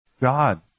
God